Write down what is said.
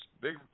big